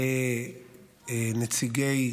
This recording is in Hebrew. לנציגי